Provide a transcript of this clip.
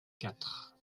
quatre